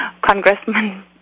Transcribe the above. congressman